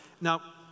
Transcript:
Now